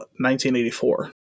1984